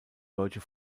deutsche